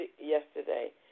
yesterday